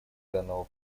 данного